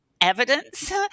evidence